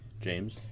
James